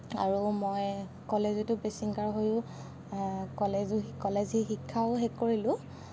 আৰু মই কলেজতো বেষ্ট ছিংগাৰ হৈয়ো কলেজো কলেজী শিক্ষাও শেষ কৰিলোঁ